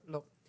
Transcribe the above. לא.